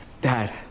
Dad